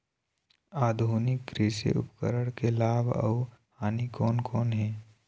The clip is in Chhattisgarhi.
आधुनिक कृषि उपकरण के लाभ अऊ हानि कोन कोन हे?